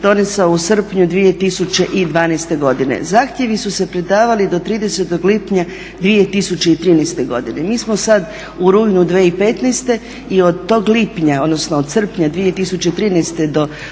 donesao u srpnju 2012.godine, zahtjevi su se predavali do 30.lipnja 2013.godine. MI smo sada u rujnu 2015.i od tog srpnja 2013.do